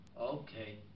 okay